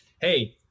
Hey